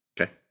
Okay